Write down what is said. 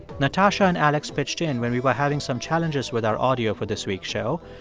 natasha and alex pitched in when we were having some challenges with our audio for this week's show.